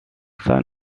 sun